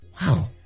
Wow